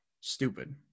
Stupid